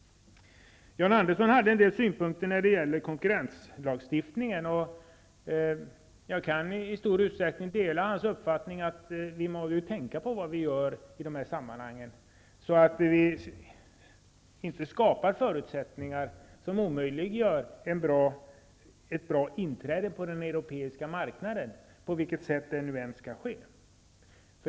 John Andersson hade en del synpunkter på konkurrenslagstiftningen, och jag kan i stor utsträckning dela hans uppfattning att vi må ju tänka på vad vi gör i de här sammanhangen, så att vi inte skapar förutsättningar som omöjliggör ett bra inträde på den europeiska marknaden, på vilket sätt det nu än skall ske.